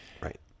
Right